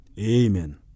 Amen